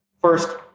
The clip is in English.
First